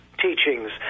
Teachings